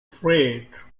freight